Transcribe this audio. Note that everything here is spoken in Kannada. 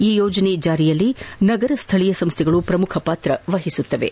ಈ ಯೋಜನೆಯ ಜಾರಿಯಲ್ಲಿ ನಗರ ಸ್ಥಳೀಯ ಸಂಸ್ಥೆಗಳು ಪ್ರಮುಖ ಪಾತ್ರ ವಹಿಸಲಿವೆ